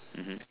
mmhmm